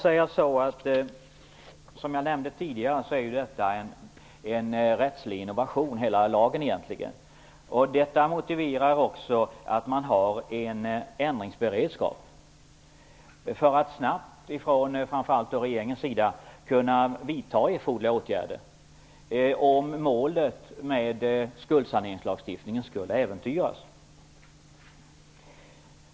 Som jag tidigare nämnde är denna lag en rättslig innovation. Detta motiverar också att man har en ändringsberedskap för att man -- framför allt regeringen -- snabbt skall kunna vidta erforderliga åtgärder för den händelse att målet med skuldsaneringslagstiftningen skulle äventyras.